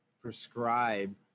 prescribe